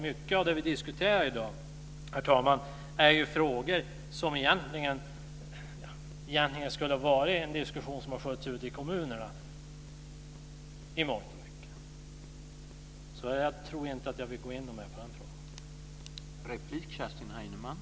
Mycket av det vi diskuterar i dag, herr talman, är frågor som egentligen skulle ha varit en diskussion som skulle ha skötts ute i kommunerna i mångt och mycket, så jag tror inte att jag vill gå in mer på den frågan.